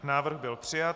Návrh byl přijat.